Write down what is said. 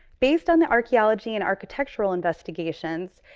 based on the archeology and architectural investigations,